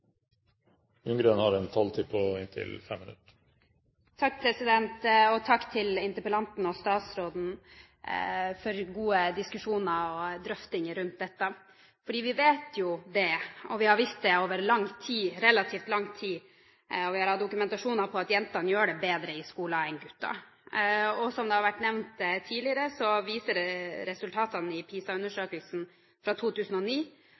Takk til interpellanten og statsråden for gode diskusjoner og drøftinger rundt dette spørsmålet. Vi vet jo – og har visst over relativt lang tid og har dokumentasjon på det – at jenter gjør det bedre på skolen enn gutter. Som det har vært nevnt tidligere, viser resultatene i PISA-undersøkelsen fra 2009